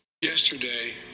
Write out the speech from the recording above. Yesterday